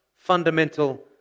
Fundamental